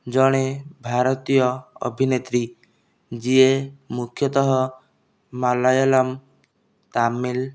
ଜଣେ ଭାରତୀୟ ଅଭିନେତ୍ରୀ ଯିଏ ମୁଖ୍ୟତଃ ମାଲାୟାଲମ୍ ତାମିଲ୍